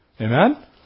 Amen